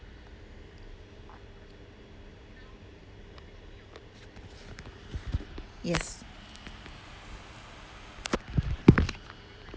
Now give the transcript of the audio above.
yes